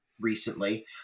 recently